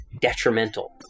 detrimental